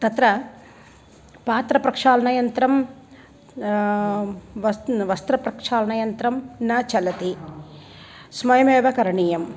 तत्र पात्रप्रक्षालनयन्त्रं वस्न् वस्त्रप्रक्षालनयन्त्रं न चलति स्वयमेव करणीयं